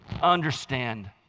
understand